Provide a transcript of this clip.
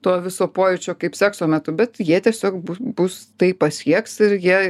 to viso pojūčio kaip sekso metu bet jie tiesiog bus tai pasieks ir jie